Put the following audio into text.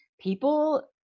people